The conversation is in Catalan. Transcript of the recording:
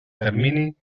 termini